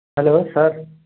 hello sir